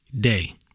day